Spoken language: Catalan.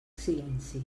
silenci